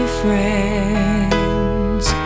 friends